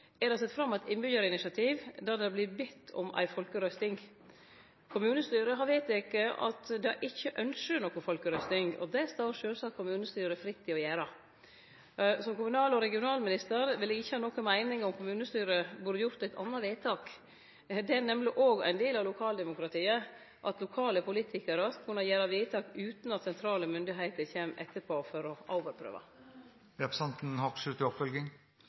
er det sett fram eit innbyggjarinitiativ der det vert bede om ei folkerøysting. Kommunestyret har vedteke at dei ikkje ønskjer noka folkerøysting. Det står sjølvsagt kommunestyret fritt til å gjere. Som kommunal- og regionalminister vil eg ikkje ha noka meining om kommunestyret burde ha gjort eit anna vedtak. Dette er nemleg òg ein del av lokaldemokratiet, at lokale politikarar skal kunne gjere vedtak utan at sentrale myndigheiter kjem etterpå for å